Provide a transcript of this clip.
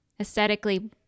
Aesthetically